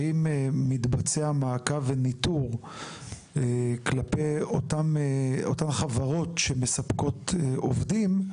האם מתבצע מעקב וניטור כלפי אותן חברות שמספקות עובדים?